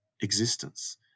existence